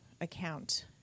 account